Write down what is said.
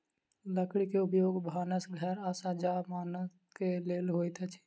लकड़ी के उपयोग भानस घर आ सज्जा समानक लेल होइत अछि